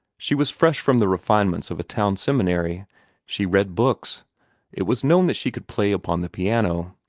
she was fresh from the refinements of a town seminary she read books it was known that she could play upon the piano.